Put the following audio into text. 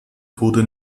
wurde